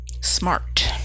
smart